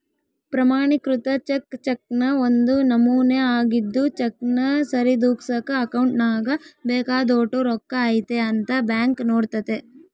ಪ್ರಮಾಣಿಕೃತ ಚೆಕ್ ಚೆಕ್ನ ಒಂದು ನಮೂನೆ ಆಗಿದ್ದು ಚೆಕ್ನ ಸರಿದೂಗ್ಸಕ ಅಕೌಂಟ್ನಾಗ ಬೇಕಾದೋಟು ರೊಕ್ಕ ಐತೆ ಅಂತ ಬ್ಯಾಂಕ್ ನೋಡ್ತತೆ